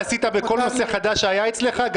ככה עשית בכל נושא חדש שהיה אצלך?